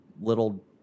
little